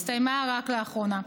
הסתיימה רק לאחרונה.